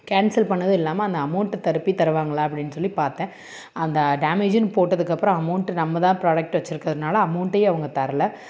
cancel பண்ணதும் இல்லாமல் அந்த அமௌண்ட் தருப்பி தருவாங்களா அப்படினு சொல்லி பார்த்தன் அந்த டேமேஜின்னு போட்டதுக்கப்புறோம் அமௌண்ட் நம்ம தான் ப்ராடக்ட் வச்சுருக்கதுனால அமௌண்ட்டே அவங்க தரலை